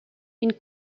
une